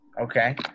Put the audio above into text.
Okay